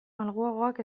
malguagoak